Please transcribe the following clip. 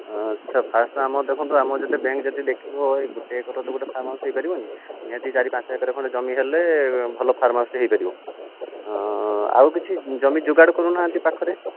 ଆଚ୍ଛା ଫାଷ୍ଟ ଆମର ଦେଖନ୍ତୁ ଆମର ଯଦି ବ୍ୟାଙ୍କ ଯଦି ଦେଖିବ ଗୋଟେ ଏକରର ତ ଗୋଟେ ଫାର୍ମହାଉସ ହେଇପାରିବନି ନିହାତି ଚାରି ପାଞ୍ଚ ଏକର ଖଣ୍ଡେ ଜମି ହେଲେ ଭଲ ଫାର୍ମହାଉସଟେ ହେଇପାରିବ ଆଁ ଆଉ କିଛି ଜମି ଯୁଗାଡ଼ କରୁନାହାନ୍ତି ପାଖରେ